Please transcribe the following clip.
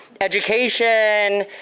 education